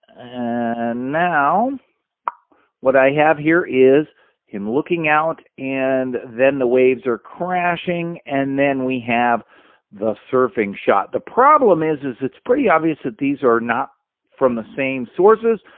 and now what i have here is him looking out, and then the waves are crashing, and then we have the surfing shot. the problem is. it's pretty obvious that these are not from the same sources.